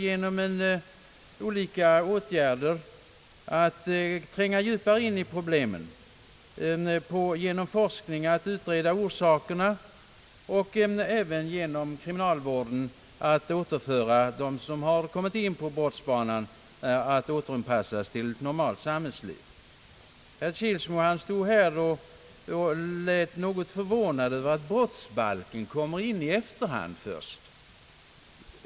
Genom olika åtgärder söker man att tränga djupare in i problemen, genom forskning att utreda orsakerna och genom kriminalvården att återföra dem som har kommit in på brottets bana till en anpassning till ett normalt samhällsliv. Herr Kilsmo lät något förvånad över att brottsbalken kommer in i bilden först i efterhand.